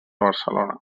barcelona